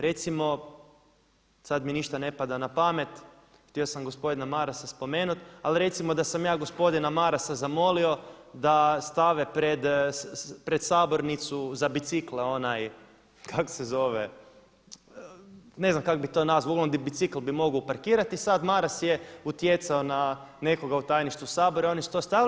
Recimo sad mi ništa ne pada na pamet, htio sam gospodina Marasa spomenuti, ali recimo da sam ja gospodina Marasa zamolio da stave pred sabornicu za bicikle onaj kak se zove, ne znam kak bi to nazvao, ono gdje bicikl bi mogao uparkirati i sad Maras je utjecao na nekoga u tajništvu Sabora i oni su to stavili.